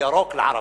וירוק לערבים.